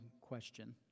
question